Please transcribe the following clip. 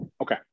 Okay